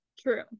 True